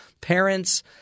parents